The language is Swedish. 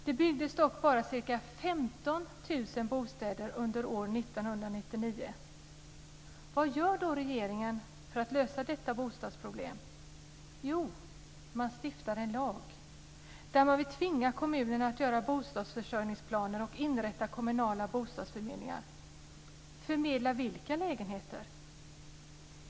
Det byggdes dock bara ca Vad gör då regeringen för att lösa detta bostadsproblem? Jo, man stiftar en lag där man vill tvinga kommunerna att upprätta bostadsförsörjningsplaner och inrätta kommunala bostadsförmedlingar. Förmedla vilka lägenheter?